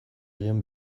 egin